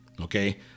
okay